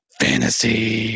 fantasy